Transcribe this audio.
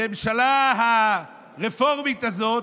לממשלה הרפורמית הזאת,